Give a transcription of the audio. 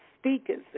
speakers